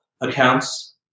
accounts